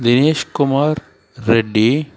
Dinesh Kumar Reddy